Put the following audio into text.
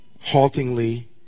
Haltingly